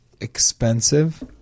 expensive